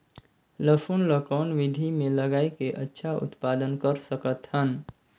लसुन ल कौन विधि मे लगाय के अच्छा उत्पादन कर सकत हन?